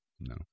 no